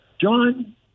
John